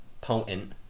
potent